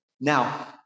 Now